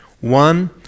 One